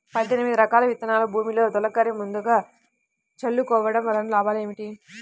పద్దెనిమిది రకాల విత్తనాలు భూమిలో తొలకరి ముందుగా చల్లుకోవటం వలన లాభాలు ఏమిటి?